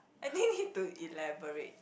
I think need to elaborate